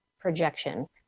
projection